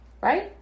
Right